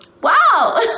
wow